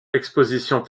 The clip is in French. expositions